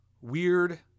weird